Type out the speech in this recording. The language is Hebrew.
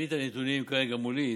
אין לי הנתונים כרגע מולי.